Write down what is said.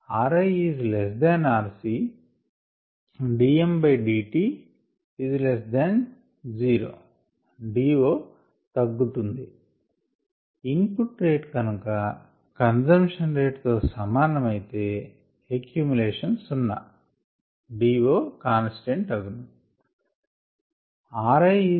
IfrirCdmdt0DOతగ్గును input rate కనుక consumption rate తో సమానమైతే ఎక్యుమిలేషన్ సున్న DO కాన్స్టెంట్ అగును